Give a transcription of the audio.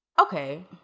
okay